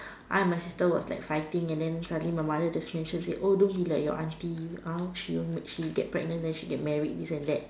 I and my sister was like fighting and then suddenly my mother just mention said oh don't be like your auntie uh she she get pregnant then she get married this and that